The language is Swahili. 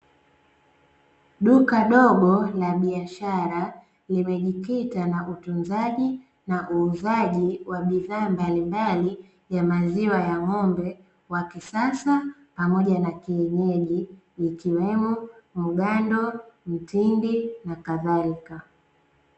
Duka dogo la biashara limejikita na utunzaji na uuzaji wa bidhaa mbalimbali ya maziwa ya ng'ombe, wa kisasa pamoja na kienyeji ikiwemo mgando, mtindi na kadhalika.